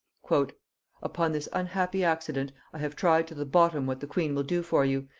upon this unhappy accident i have tried to the bottom what the queen will do for you,